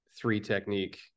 three-technique